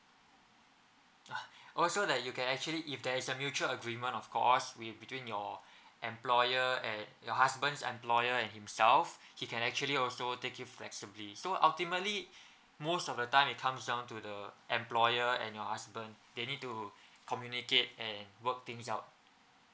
also that you can actually if there's a mutual agreement of course with between your employer at your husband's employer and himself he can actually also take it flexibly so ultimately most of the time it comes down to the employer and your husband they need to communicate and work things out